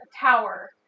tower